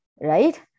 right